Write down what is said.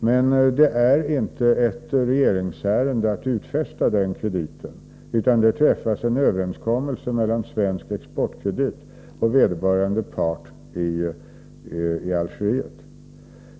Men det är inte ett regeringsärende att utfästa den krediten, utan det träffas en överenskommelse mellan Svensk Exportkredit och vederbörande part i Algeriet.